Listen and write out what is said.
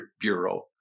Bureau